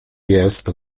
jest